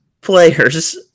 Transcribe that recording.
players